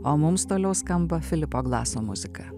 o mums toliau skamba filipo glaso muzika